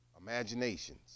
Imaginations